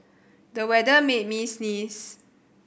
the weather made me sneeze